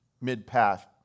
mid-path